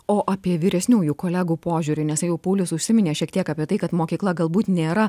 o apie vyresniųjų kolegų požiūrį nes jau paulius užsiminė šiek tiek apie tai kad mokykla galbūt nėra